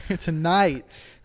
tonight